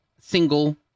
single